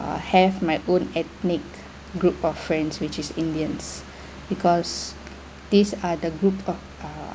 have my own ethnic group of friends which is indians because these are the group of uh